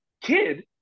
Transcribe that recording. kid